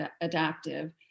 adaptive